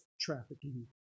trafficking